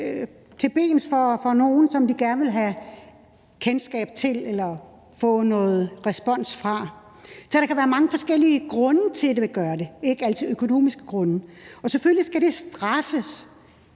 til for nogen, som de gerne vil have kendskab til eller få noget respons fra. Så der kan være mange forskellige grunde til, at de gør det – det er ikke altid økonomiske grunde. Og selvfølgelig skal det straffes.